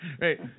Right